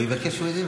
ביקשתי מהיושב-ראש,